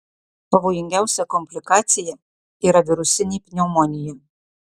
pavojingiausia komplikacija yra virusinė pneumonija